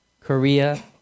Korea